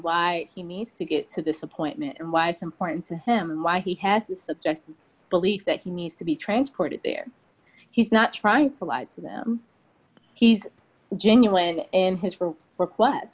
why he needs to get to this appointment and why it's important to him why he has the subject belief that needs to be transported there he's not trying to provide them he's genuine in his for work what